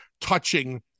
touching